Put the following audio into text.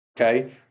okay